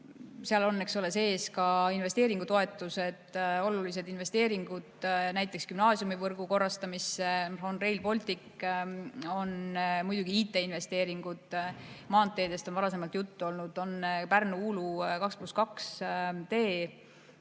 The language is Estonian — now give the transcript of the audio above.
Seal on sees ka investeeringutoetused, olulised investeeringud, näiteks gümnaasiumivõrgu korrastamisse, on Rail Baltic, on muidugi IT‑investeeringud, maanteedest on varasemalt juttu olnud, on Pärnu–Uulu 2 + 2 tee.